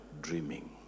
dreaming